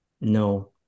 No